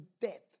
death